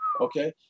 Okay